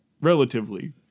relatively